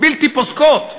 בלתי פוסקות,